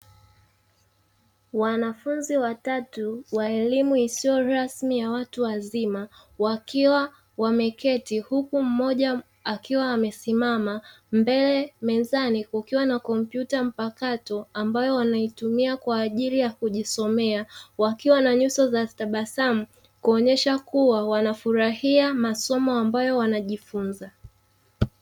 Wanafunzi watatu wa elimu isiyo rasmi ya watu wazima, wakiwa wameketi huku mmoja akiwa amesimama, mbele mezani kukiwa na kompyuta mpakato ambayo wanaitumia kwa ajili ya kujisomea, wakiwa na nyuso za tabasamu kuonyesha kuwa wanafurahia masomo ambayo wanajifunza.